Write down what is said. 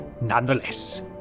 nonetheless